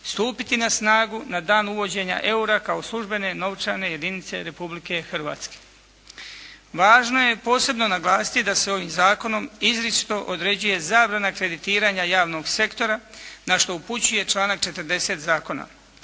stupiti na snagu na dan uvođenja eura kao službene novčane jedinice Republike Hrvatske. Važno je posebno naglasiti da se ovim zakonom izričito određuje zabrana kreditiranja javnog sektora na što upućuje članak 40. zakona